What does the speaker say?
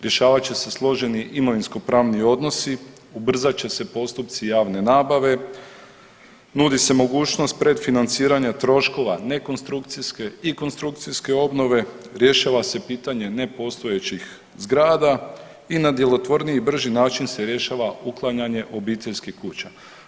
Rješavat će se složeni imovinsko-pravni odnosi, ubrzat će se postupci javne nabave, nudi se mogućnost predfinanciranja troškova nekonstrukcijske i konstrukcijske obnove, rješava se pitanje nepostojećih zgrada i na djelotvorniji i brži način se rješava uklanjanje obiteljskih kuća.